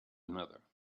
another